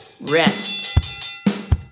rest